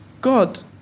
God